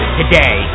today